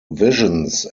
visions